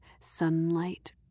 sunlight